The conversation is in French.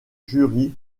jury